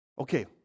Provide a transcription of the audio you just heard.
Okay